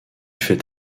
fait